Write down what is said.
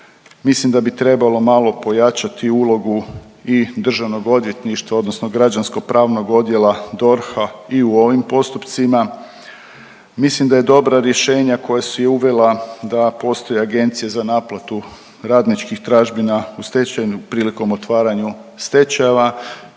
Mislim da bi trebalo malo pojačati ulogu i državnog odvjetništva odnosno Građansko pravnog odjela DORH-a i u ovim postupcima. Mislim da je dobra rješenja koja je uvela da postoji agencija za naplatu radničkih tražbina u stečajnu prilikom otvaranju stečajeva